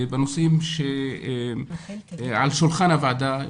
בנושאים שעל שולחן הוועדה,